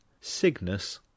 Cygnus